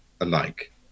alike